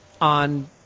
on